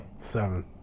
Seven